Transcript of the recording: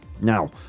Now